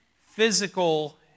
physical